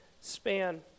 span